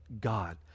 God